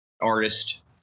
artist